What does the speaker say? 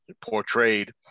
Portrayed